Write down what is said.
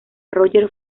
roger